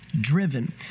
driven